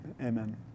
amen